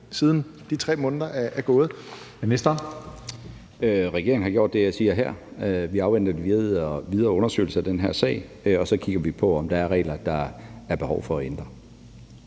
Erhvervsministeren (Morten Bødskov): Regeringen har gjort det, jeg siger her. Vi afventer de videre undersøgelser i den her sag, og så kigger vi på, om der er regler, som der er behov for at ændre.